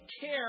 care